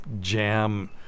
jam